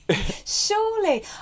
surely